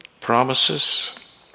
promises